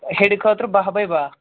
ہیٚرِ خٲطرٕ بہہ بَے بَہہ